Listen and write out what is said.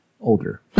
older